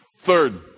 Third